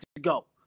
go